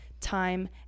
time